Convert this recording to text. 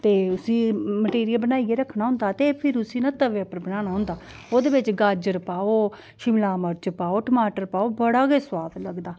ते उसी मटीरियल बनाइयै रक्खना होंदा ते फिर उसी न तवे उप्पर बनाना होंदा ओह्दे बिच गाजर पाओ शिमला मर्च पाओ टमाटर पाओ बड़ा गै सुआद लगदा